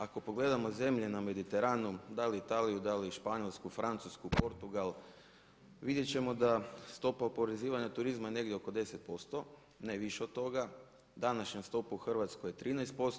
Ako pogledate zemlje na Mediteran dal Italiju, dal Španjolsku, Francusku, Portugal vidjet ćemo da stopa oporezivanja turizma negdje oko 10% ne više od toga, današnja stopa u Hrvatskoj je 13%